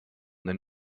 than